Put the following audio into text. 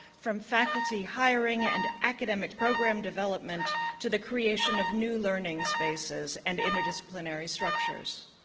from faculty hiring and academic program development to the creation of new learning spaces and interdisciplinary structures.